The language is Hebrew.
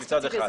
מצד אחד,